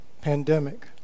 pandemic